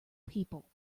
people